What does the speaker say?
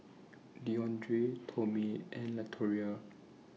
Deondre Tomie and Latoria